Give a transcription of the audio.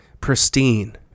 pristine